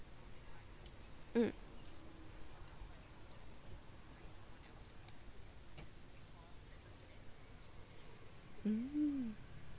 mm mm